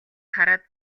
хараад